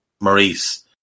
Maurice